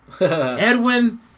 Edwin